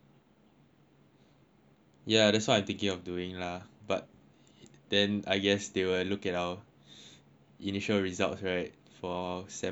ya that's what I thinking of doing lah but then I guess they will look at our inital results right for sem one